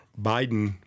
Biden